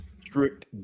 strict